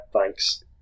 thanks